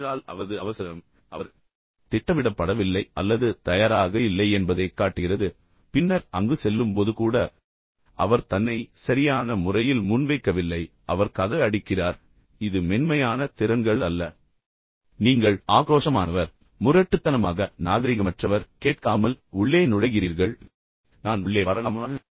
ஏனென்றால் அவரது அவசரம் அவர் திட்டமிடப்படவில்லை அல்லது தயாராக இல்லை என்பதைக் காட்டுகிறது பின்னர் அங்கு செல்லும் போது கூட அவர் தன்னை சரியான முறையில் முன்வைக்கவில்லை அவர் கதவை அடிக்கிறார் இது மென்மையான திறன்கள் அல்ல இது நீங்கள் ஆக்ரோஷமானவர் என்பதைக் காட்டுகிறது நீங்கள் முரட்டுத்தனமாக நாகரிகமற்றவர் கேட்காமல் உள்ளே நுழைகிறீர்கள் நான் உள்ளே வரலாமா